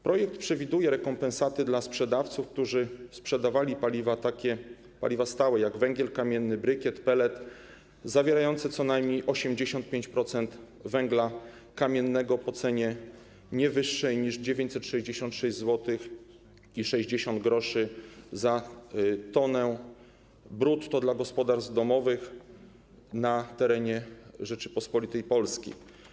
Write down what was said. Projekt przewiduje rekompensaty dla sprzedawców, którzy sprzedawali paliwa stałe, takie jak węgiel kamienny, brykiet, pellet, zawierające co najmniej 85% węgla kamiennego po cenie nie wyższej niż 966,60 zł brutto za tonę dla gospodarstw domowych na terenie Rzeczypospolitej Polskiej.